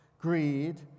greed